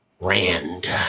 Rand